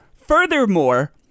furthermore